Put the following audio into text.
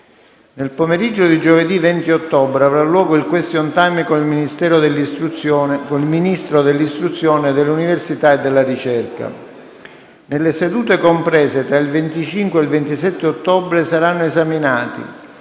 Nel pomeriggio di giovedì 20 ottobre avrà luogo il *question time* con il Ministro dell'istruzione, dell'università e della ricerca. Nelle sedute comprese tra il 25 e il 27 ottobre saranno esaminati